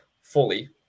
fully